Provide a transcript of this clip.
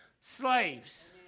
slaves